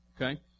Okay